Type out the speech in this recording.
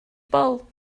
bol